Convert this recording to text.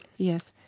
yes.